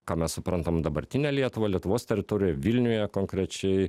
ką mes suprantam dabartinę lietuvą lietuvos teritorijoj vilniuje konkrečiai